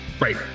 right